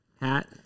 hat